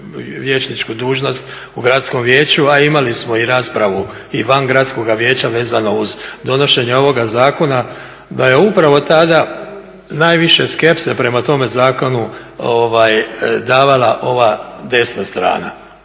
vijećničku dužnost u gradskom vijeću, a imali smo i raspravu i van gradskoga vijeća vezano uz donošenje ovoga zakona, da je upravo tada najviše skepse prema tome zakonu davala ova desna strana.